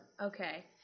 Okay